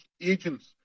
agents